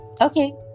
okay